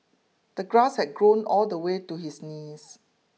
the grass had grown all the way to his knees